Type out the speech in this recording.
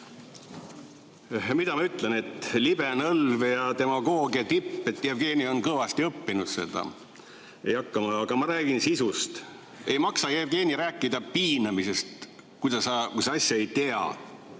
Mida ma ütlen? Libe nõlv ja demagoogia tipp – Jevgeni on seda kõvasti õppinud. Aga ma räägin sisust. Ei maksa, Jevgeni, rääkida piinamisest, kui sa asja ei tea.